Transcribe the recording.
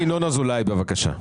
ינון אזולאי, בבקשה.